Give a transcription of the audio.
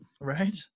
Right